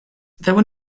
there